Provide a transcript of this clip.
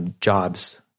jobs